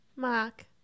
Mark